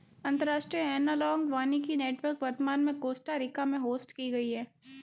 अंतर्राष्ट्रीय एनालॉग वानिकी नेटवर्क वर्तमान में कोस्टा रिका में होस्ट की गयी है